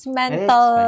mental